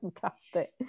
Fantastic